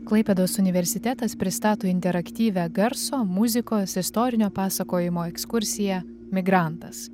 klaipėdos universitetas pristato interaktyvią garso muzikos istorinio pasakojimo ekskursiją migrantas